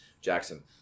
Jackson